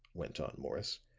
went on morris,